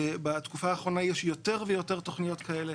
בתקופה האחרונה יש יותר ויותר תוכניות כאלה.